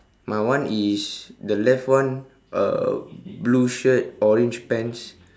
my one is the left one uh blue shirt orange pants